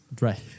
right